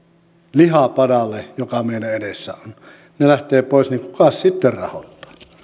lihapadalle joka meidän edessä on ne lähtevät pois niin kukas sitten rahoittaa